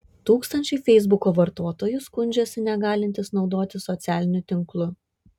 tūkstančiai feisbuko vartotojų skundžiasi negalintys naudotis socialiniu tinklu